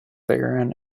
barren